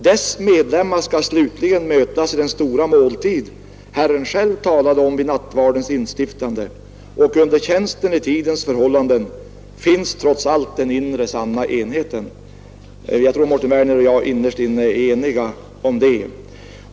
Dess medlemmar skall slutligen mötas i den stora måltid Herren själv talade om vid nattvardens instiftande, och under tjänsten i tidens förhållanden finns trots allt den inre sanna enheten.” Jag tror att herr Werner och jag innerst inne är eniga om detta.